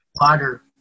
water